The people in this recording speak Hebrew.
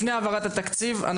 לפני העברת התקציב,